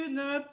Une